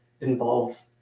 involve